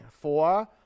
Four